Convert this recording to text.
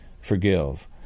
Forgive